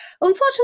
Unfortunately